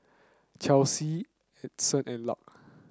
Chelsea Adyson and Lark